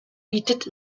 bietet